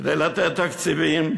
כדי לתת תקציבים,